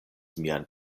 mian